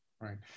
Right